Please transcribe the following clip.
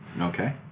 Okay